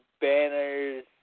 banners